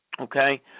Okay